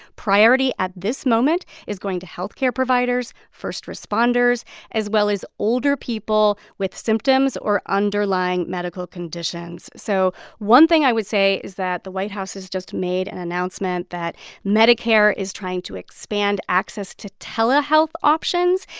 priority at this moment is going to health care providers, first responders as well as older people with symptoms or underlying medical conditions so one thing i would say is that the white house has just made an announcement that medicare is trying to expand access to telehealth options,